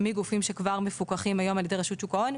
מגופים שמפוקחים כבר היום על ידי רשות שוק ההון.